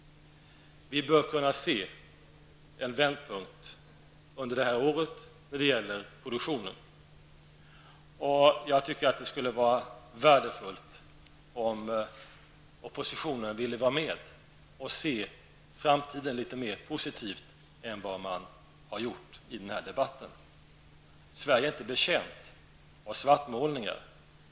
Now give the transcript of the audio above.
Vi bör kunna se en vändpunkt under det här året när det gäller produktionen. Jag tycker att det vore värdefullt om oppositionen ville se framtiden an litet mer positivt än vad man har gjort i den här debatten. Sverige är inte betjänt av svartmålningar.